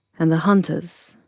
and the hunters,